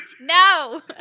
No